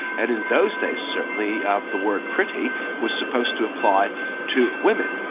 and in those days certainly ah the word pretty was supposed to apply to women.